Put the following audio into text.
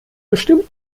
bestimmt